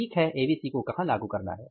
ठीक है एबीसी को कहाँ लागू करना है